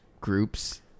groups